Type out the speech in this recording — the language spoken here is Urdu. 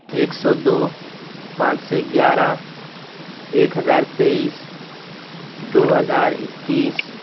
ایک سو دو پانچ سو گیارہ ایک ہزار تیئیس دو ہزار اکیس